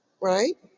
Right